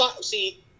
see